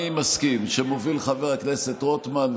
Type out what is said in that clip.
אני מסכים שמוביל חבר הכנסת רוטמן,